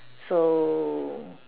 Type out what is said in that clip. so